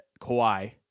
Kawhi